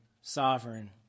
sovereign